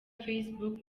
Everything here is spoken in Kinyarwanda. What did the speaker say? facebook